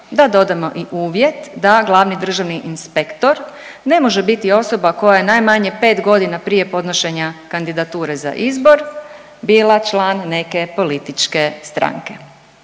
da dodamo i uvjet da glavni državni inspektor ne može biti osoba koja je najmanje 5.g. prije podnošenja kandidature za izbor bila član neke političke stranke.